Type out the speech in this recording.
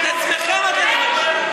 את עצמכם אתם מביישים.